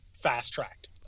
fast-tracked